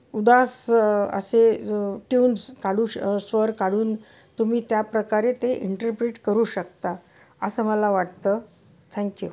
उदास असे ट्युन्स काढू श स्वर काढून तुम्ही त्याप्रकारे ते इंटरप्रिट करू शकता असं मला वाटतं थँक्यू